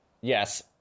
Yes